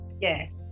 Yes